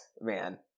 man